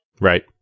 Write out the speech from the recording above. Right